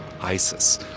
ISIS